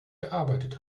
gearbeitet